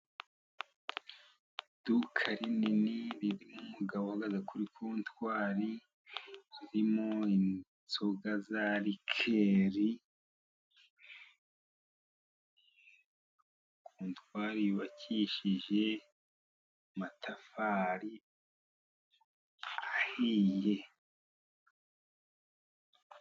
Iduka rinini , ririmo umugabouhagaze kuri kontwari. Harimo inzoga za rikeri. Kontwari yubakishije amatafari ahiye.